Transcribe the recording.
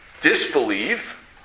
disbelieve